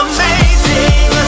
Amazing